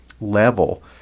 level